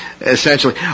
essentially